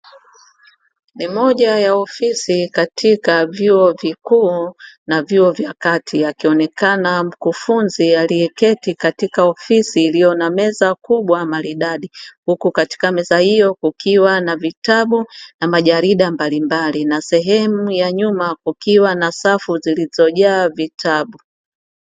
Ni moja ya ofisi katika vyuo vikuu na vyuo vya kati, akionekana mkufunzi aliyeketi katika ofisi iliyo na meza kubwa maridadi. Huku katika meza hiyo kukiwa na vitabu na majarida mbalimbali na sehemu ya nyuma kukiwa na safu zilizojaa vitabu.